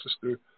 Sister